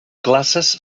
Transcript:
classes